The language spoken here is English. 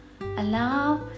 allow